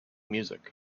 music